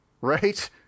right